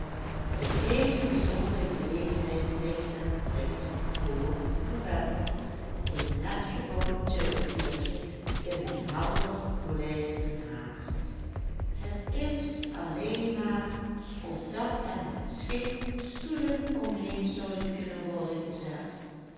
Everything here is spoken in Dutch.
bij deze bijzondere gelegenheid ligt er reeds vr november een netgebouwd turfvuurtje in den helder gepolijsten haard het is alleen maar opdat er met schik stoelen omheen zouden kunnen worden gezet